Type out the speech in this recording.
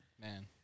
Man